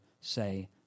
say